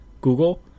Google